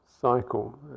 cycle